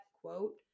quote